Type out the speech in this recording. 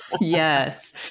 Yes